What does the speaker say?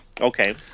Okay